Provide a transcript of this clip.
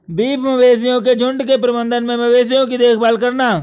beef मवेशियों के झुंड के प्रबंधन में मवेशियों की देखभाल करना